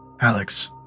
Alex